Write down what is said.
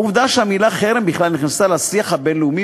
העובדה שהמילה חרם בכלל נכנסה לשיח הבין-לאומי